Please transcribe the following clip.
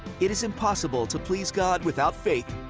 it is impossible to please god without faith.